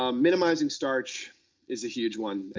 um minimizing starch is a huge one. ah